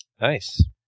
nice